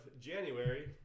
January